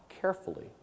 carefully